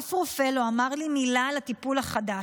אף רופא לא אמר לי מילה על הטיפול החדש,